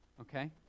okay